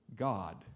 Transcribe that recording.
God